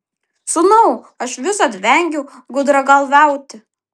sūnau aš visad vengiau gudragalviauti